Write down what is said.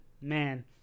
Man